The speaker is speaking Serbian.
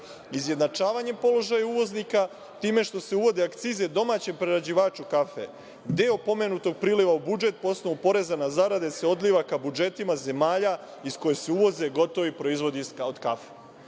Izjednačavanjem položaja uvoznika, time što se uvode akcize domaćem prerađivaču kafe, deo pomenutog priliva u budžet po osnovu poreza na zarade se odliva ka budžetima zemalja iz kojih se uvoze gotovi proizvodi od